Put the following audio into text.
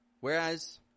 Whereas